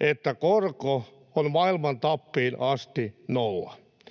että korko on maailman tappiin asti nolla.